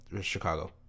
Chicago